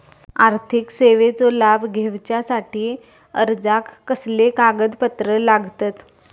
आर्थिक सेवेचो लाभ घेवच्यासाठी अर्जाक कसले कागदपत्र लागतत?